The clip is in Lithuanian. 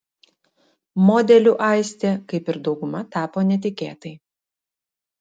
modeliu aistė kaip ir dauguma tapo netikėtai